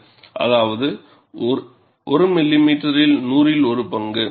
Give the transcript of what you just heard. அதாவது ஒரு மில்லிமீட்டரில் நூறில் ஒரு பங்கு